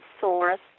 source